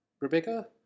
Rebecca